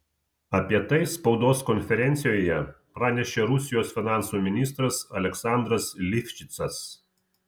apie tai spaudos konferencijoje pranešė rusijos finansų ministras aleksandras livšicas